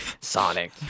Sonic